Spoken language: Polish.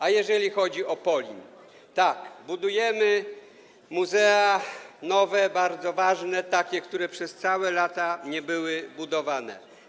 A jeżeli chodzi o POLIN, to tak, budujemy nowe muzea, bardzo ważne, takie, które przez całe lata nie były budowane.